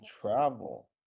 travel